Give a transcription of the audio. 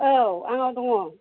औ आंनाव दङ